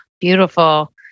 beautiful